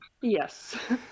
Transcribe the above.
Yes